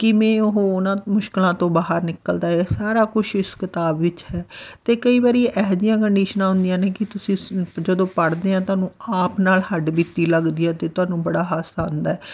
ਕਿਵੇਂ ਉਹ ਉਹਨਾਂ ਮੁਸ਼ਕਿਲਾਂ ਤੋਂ ਬਾਹਰ ਨਿਕਲਦਾ ਹੈ ਇਹ ਸਾਰਾ ਕੁਛ ਇਸ ਕਿਤਾਬ ਵਿੱਚ ਹੈ ਅਤੇ ਕਈ ਵਾਰੀ ਇਹੋ ਜਿਹੀਆਂ ਕੰਡੀਸ਼ਨਾਂ ਹੁੰਦੀਆਂ ਨੇ ਕਿ ਤੁਸੀਂ ਉਸ ਜਦੋਂ ਪੜ੍ਹਦੇ ਆ ਤੁਹਾਨੂੰ ਆਪ ਨਾਲ ਹੱਡ ਬੀਤੀ ਲੱਗਦੀ ਆ ਅਤੇ ਤੁਹਾਨੂੰ ਬੜਾ ਹਾਸਾ ਆਉਂਦਾ